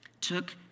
took